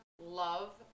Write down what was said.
love